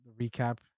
recap